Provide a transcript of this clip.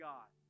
God